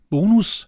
Bonus